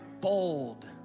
bold